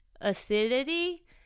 acidity